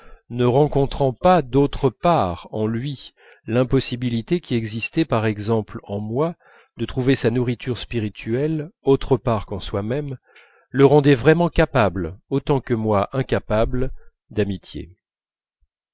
ne rencontrant pas d'autre part en lui l'impossibilité qui existait par exemple en moi de trouver sa nourriture spirituelle autre part qu'en soi-même le rendait vraiment capable autant que moi incapable d'amitié